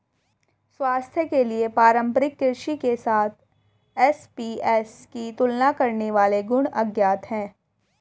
स्वास्थ्य के लिए पारंपरिक कृषि के साथ एसएपीएस की तुलना करने वाले गुण अज्ञात है